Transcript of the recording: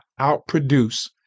outproduce